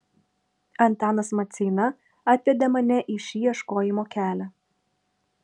antanas maceina atvedė mane į šį ieškojimo kelią